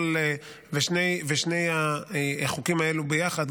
שני החוקים האלה ביחד,